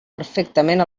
perfectament